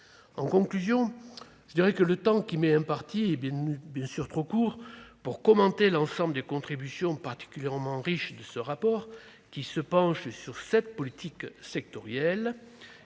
En conclusion, le temps qui m'est imparti est trop court pour commenter l'ensemble des contributions particulièrement riches de ce rapport, qui se penche sur sept politiques sectorielles.